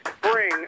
Spring